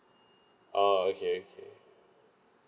oh okay okay